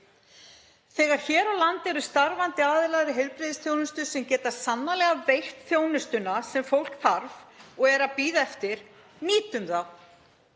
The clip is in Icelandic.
Þegar hér á landi eru starfandi aðilar í heilbrigðisþjónustu sem geta sannarlega veitt þjónustuna sem fólk þarf og er að bíða eftir, nýtum þá.